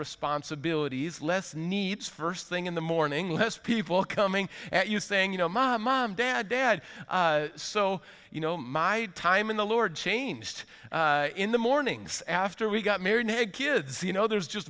responsibilities less needs first thing in the morning less people coming at you saying you know my mom dad dad so you know my time i mean the lord changed in the mornings after we got married had kids you know there's just